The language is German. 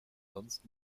sonst